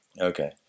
Okay